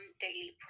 daily